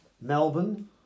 Melbourne